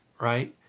right